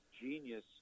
genius